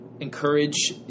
encourage